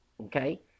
Okay